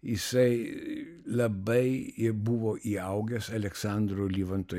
jisai labai buvo įaugęs aleksandro livanto